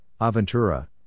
Aventura